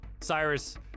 Cyrus